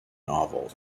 novel